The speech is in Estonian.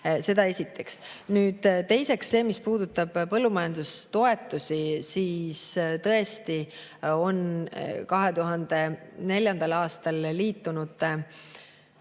Seda esiteks. Teiseks, mis puudutab põllumajandustoetusi, siis tõesti on 2004. aastal liitunute